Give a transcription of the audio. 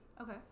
okay